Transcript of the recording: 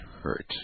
hurt